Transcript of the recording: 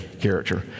character